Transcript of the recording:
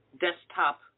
desktop